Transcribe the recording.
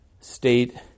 state